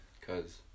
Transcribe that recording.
cause